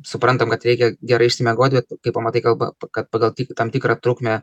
suprantam kad reikia gerai išsimiegoti kai pamatai kalba kad pagal tik tam tikrą trukmę